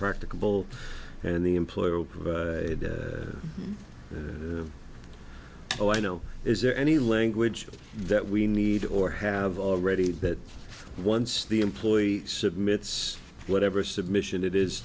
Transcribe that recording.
practicable and the employer oh i know is there any language that we need or have already that once the employee submit whatever submission it is